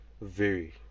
vary